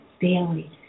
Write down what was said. daily